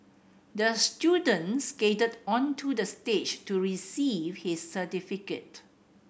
the student skated onto the stage to receive his certificate